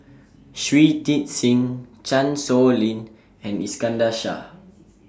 Shui Tit Sing Chan Sow Lin and Iskandar Shah